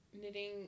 knitting